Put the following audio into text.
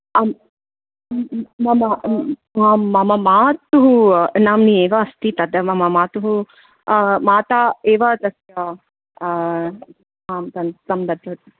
आम् मम आं मम मातुः नाम्नि एव अस्ति तद् मम मातुः माता एव तस्य आं तं तं दत्तवती